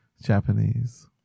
Japanese